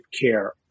care